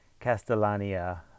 Castellania